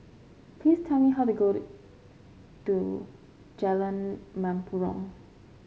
please tell me how to got to Jalan Mempurong